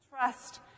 Trust